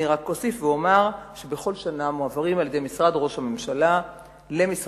אני אוסיף ואומר שבכל שנה מועברים על-ידי משרד ראש הממשלה למשרד